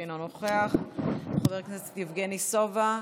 אינו נוכח, חבר הכנסת יבגני סובה,